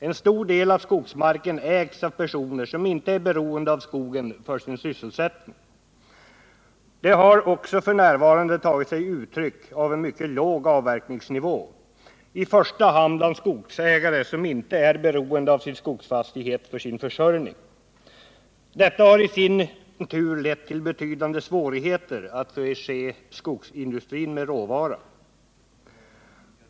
En stor del av skogsmarken ägs av personer som inte är beroende av skogen för sin sysselsättning. Det har också f. n. tagit sig uttryck i en mycket låg avverkningsnivå — i första hand bland skogsägare som inte är beroende av sin skogsfastighet för sin försörjning. Detta har i sin tur lett till betydande svårigheter att förse skogsindustrin med råvara.